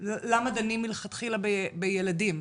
למה דנים מלכתחילה בילדים.